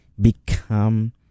become